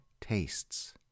tastes